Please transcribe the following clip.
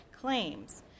claims